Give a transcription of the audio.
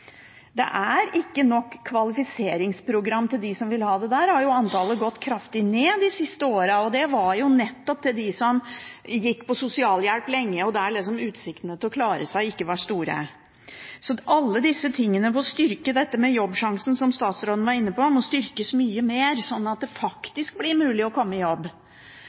Det er ikke nok kvalifiseringsprogram til dem som vil ha det – der har jo antallet gått kraftig ned de siste årene – og det var jo nettopp til dem som gikk på sosialhjelp lenge, og der utsiktene til å klare seg ikke var store. Så alle disse tingene, som dette med Jobbsjansen, som statsråden var inne på, må styrkes mye mer, sånn at det faktisk blir mulig å komme i jobb.